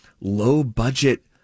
low-budget